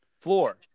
Floor